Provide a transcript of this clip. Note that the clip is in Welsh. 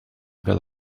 fel